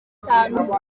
atanu